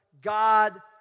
God